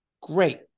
Great